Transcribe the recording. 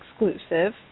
exclusive